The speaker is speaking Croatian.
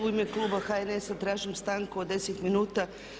U ime kluba HNS-a tražim stanku od 10 minuta.